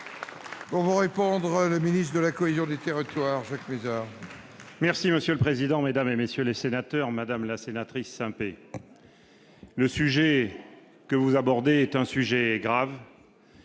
Pour vous répondre, le ministre de la cohésion des territoires Jacques Mézard.